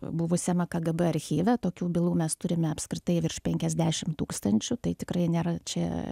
buvusiame kgb archyve tokių bylų mes turime apskritai virš penkiasdešimt tūkstančių tai tikrai nėra čia